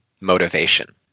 motivation